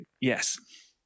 yes